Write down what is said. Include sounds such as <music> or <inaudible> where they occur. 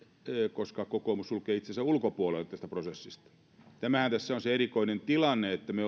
koska kokoomus sulkee itsensä ulkopuolelle tästä prosessista tämähän tässä on se erikoinen tilanne että me <unintelligible>